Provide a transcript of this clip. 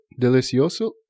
delicioso